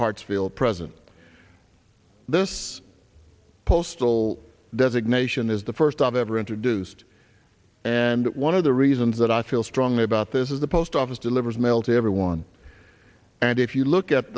hartsville president this postal designation is the first of ever introduced and one of the reasons that i feel strongly about this is the post office delivers mail to everyone and if you look at